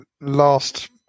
last